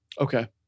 Okay